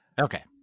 okay